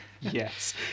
Yes